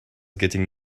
getting